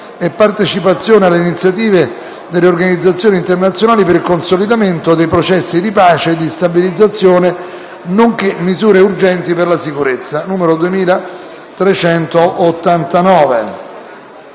e partecipazione alle iniziative delle organizzazioni internazionali per il consolidamento dei processi di pace e di stabilizzazione, nonché misure urgenti per la sicurezza» (2389).